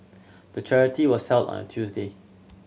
the charity was held on a Tuesday